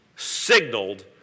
Signaled